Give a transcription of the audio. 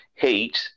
heat